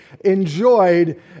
enjoyed